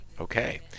Okay